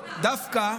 דווקא,